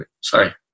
sorry